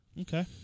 Okay